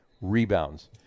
rebounds